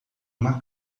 uma